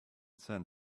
send